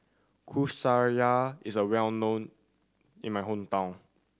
Kueh Syara is well known in my hometown